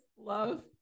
love